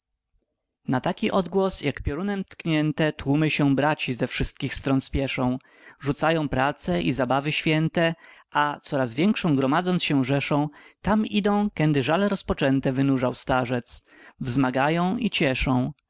na taki odgłos jak piorunem tknięte tłumy się braci ze wszystkich stron śpieszą rzucają prace i zabawy święte a coraz większą gromadząc się rzeszą tam idą kędy żale rozpoczęte wynurzał starzec wzmagają i cieszą